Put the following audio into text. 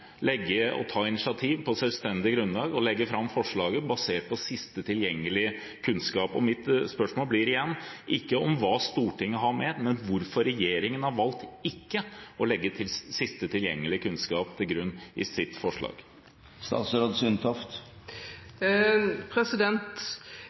ta initiativ på selvstendig grunnlag og legge fram forslag basert på siste tilgjengelige kunnskap. Mitt spørsmål blir igjen ikke hva Stortinget har ment, men hvorfor regjeringen har valgt ikke å legge siste tilgjengelige kunnskap til grunn i sitt forslag.